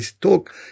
talk